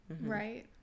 right